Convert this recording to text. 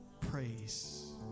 Praise